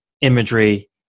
imagery